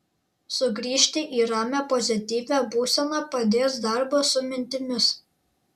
sugrįžti į ramią pozityvią būseną padės darbas su mintimis